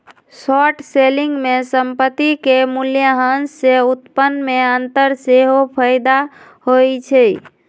short selling में संपत्ति के मूल्यह्रास से उत्पन्न में अंतर सेहेय फयदा होइ छइ